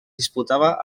disputava